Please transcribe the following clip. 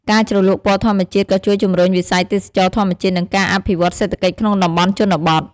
ការជ្រលក់ពណ៌ធម្មជាតិក៏ជួយជំរុញវិស័យទេសចរណ៍ធម្មជាតិ និងការអភិវឌ្ឍសេដ្ឋកិច្ចក្នុងតំបន់ជនបទ ។